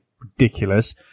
ridiculous